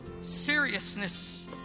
seriousness